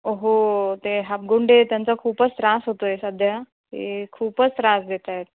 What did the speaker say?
हो ते हापगुंडे त्यांचा खूपच त्रास होतोय सध्या ते खूपच त्रास देत आहेत